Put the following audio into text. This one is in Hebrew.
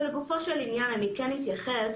לגופו של עניין, אתייחס